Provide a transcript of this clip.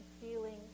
feeling